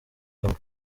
hamwe